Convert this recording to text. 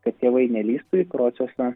kad tėvai nelįstų į procesą